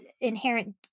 inherent